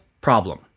problem